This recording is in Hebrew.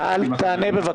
תודה.